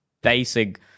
basic